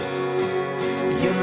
do you